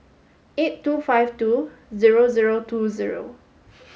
eight two five two zero zero two zero